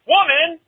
Woman